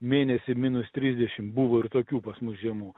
mėnesį minus trisdešimt buvo ir tokių pas mus žiemų